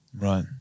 Right